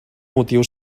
motiu